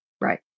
Right